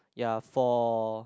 ya for